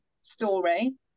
story